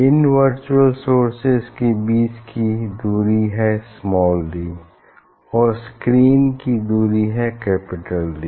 इन virtual sources के बीच की दूरी है स्माल डी और स्क्रीन की दूरी है कैपिटल डी